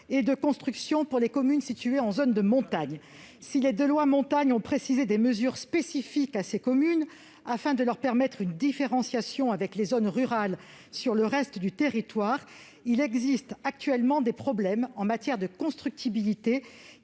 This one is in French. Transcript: et de construction pour les communes situées en zone de montagne. Si les deux lois Montagne ont permis d'élaborer des mesures spécifiques à ces communes, afin de leur permettre une différenciation avec les zones rurales du reste du territoire, il existe actuellement des problèmes en matière de constructibilité,